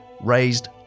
raised